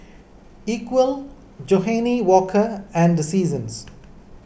Equal Johnnie Walker and Seasons